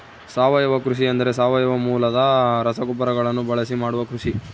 ಸಾವಯವ ಕೃಷಿ ಎಂದರೆ ಸಾವಯವ ಮೂಲದ ರಸಗೊಬ್ಬರಗಳನ್ನು ಬಳಸಿ ಮಾಡುವ ಕೃಷಿ